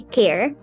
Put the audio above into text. care